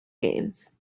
games